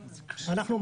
אנחנו,